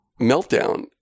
meltdown